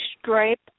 stripe